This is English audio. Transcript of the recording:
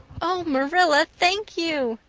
oh, marilla, thank you.